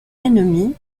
ennemi